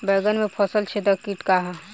बैंगन में फल छेदक किट का ह?